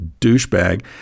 douchebag